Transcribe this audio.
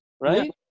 right